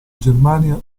germania